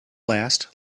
last